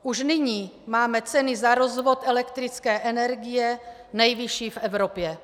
Už nyní máme ceny za rozvod elektrické energie nejvyšší v Evropě.